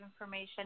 information